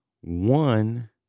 One